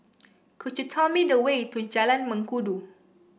could you tell me the way to Jalan Mengkudu